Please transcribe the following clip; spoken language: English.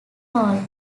hall